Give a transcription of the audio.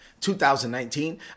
2019